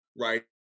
right